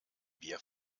wir